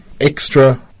extra